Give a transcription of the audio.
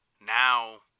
now